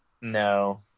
No